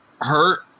hurt